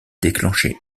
déclenché